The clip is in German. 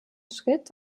schritt